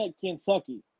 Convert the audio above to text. Kentucky